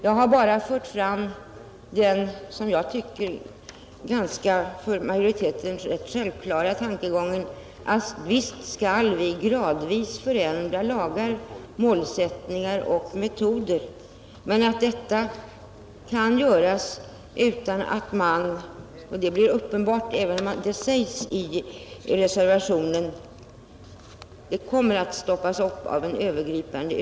Jag har bara fört fram den för majoriteten rätt självklara tankegången, att visst skall vi gradvis förändra lagar, målsättningar och metoder. Men detta kan göras utan att man — det är uppenbart även med hänsyn till vad som sägs i reservationen 7 — stoppar upp verksamheten.